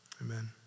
Amen